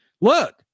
Look